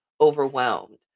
overwhelmed